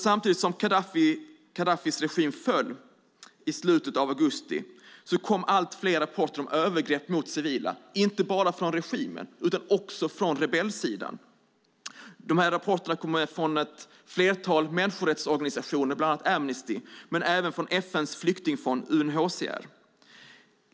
Samtidigt som Gaddafis regim föll i slutet av augusti kom allt fler rapporter om övergrepp mot civila inte bara från regimen utan också från rebellsidan. Rapporterna kommer från ett flertal människorättsorganisationer, bland andra Amnesty, men även från FN:s flyktingfond UNHCR.